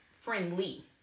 friendly